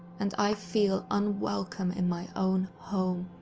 and i feel unwelcome in my own home.